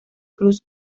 cruce